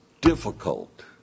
difficult